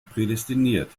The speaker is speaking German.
prädestiniert